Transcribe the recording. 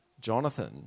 Jonathan